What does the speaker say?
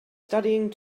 studying